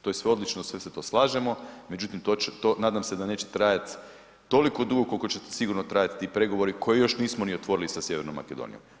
To je sve odlično, svi se slažemo, međutim nadam se da neće trajati toliko dugo koliko će sigurno trajati ti prigovori koje još nismo ni otvorili sa Sjevernom Makedonijom.